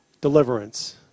deliverance